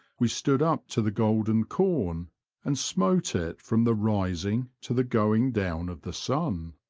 we stood up to the golden corn and smote it from the rising to the going down of the sun.